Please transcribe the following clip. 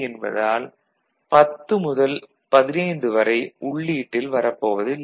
என்பதால் 10 முதல் 15 வரை உள்ளீட்டில் வரப்போவதில்லை